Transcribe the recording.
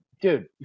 dude